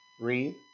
Read